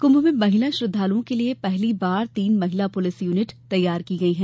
कुंभ में महिला श्रद्वालुओं के लिए पहली बार तीन महिला पुलिस यूनिट तैनात की गई हैं